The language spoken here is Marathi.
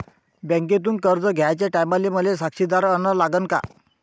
बँकेतून कर्ज घ्याचे टायमाले मले साक्षीदार अन लागन का?